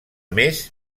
més